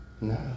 No